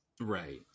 Right